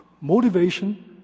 motivation